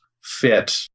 fit